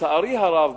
לצערי הרב,